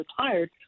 retired